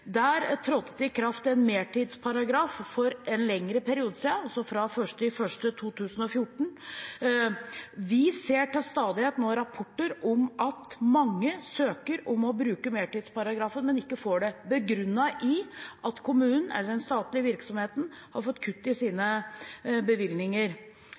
i kraft en mertidsparagraf for en lengre periode siden, fra 1. januar 2014. Vi ser til stadighet rapporter om at mange søker om å få bruke mertidsparagrafen, men får det ikke, begrunnet med at kommunen eller den statlige virksomheten har fått kutt i sine bevilgninger.